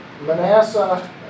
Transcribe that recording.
Manasseh